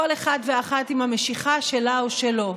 כל אחד ואחת עם המשיכה שלה או שלו.